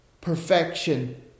perfection